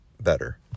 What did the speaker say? better